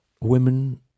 women